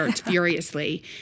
furiously